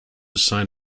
sign